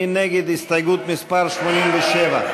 מי נגד הסתייגות מס' 87?